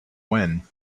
when